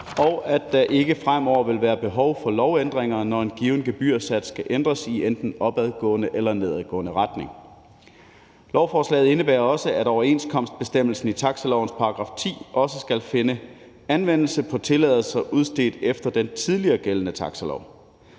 og at der ikke fremover vil være behov for lovændringer, når en given gebyrsats skal ændres i enten opadgående eller nedadgående retning. Lovforslaget indebærer også, at overenskomstbestemmelsen i taxilovens § 10 også skal finde anvendelse på tilladelser udstedt efter den tidligere gældende taxilov.